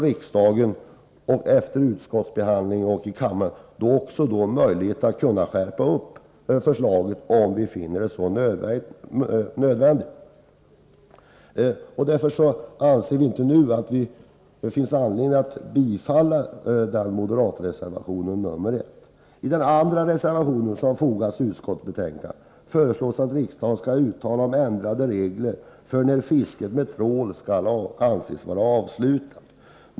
Men efter utskottsbehandlingen får riksdagen möjlighet att skärpa bestämmelserna, om den finner det nödvändigt. Därför anser vi att det inte nu finns anledning att tillstyrka den moderata reservationen nr 1. I den andra reservation som har fogats till utskottsbetänkandet föreslås att riksdagen skall uttala sig för ändrade regler för när fiske med trål skall anses avslutat.